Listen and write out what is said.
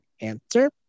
answer